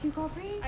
you got bring